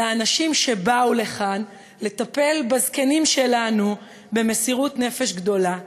אלא האנשים שבאו לכאן לטפל בזקנים שלנו במסירות נפש גדולה.